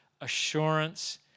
assurance